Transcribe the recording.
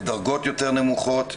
הן בדרגות יותר נמוכות,